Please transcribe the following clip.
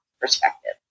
perspective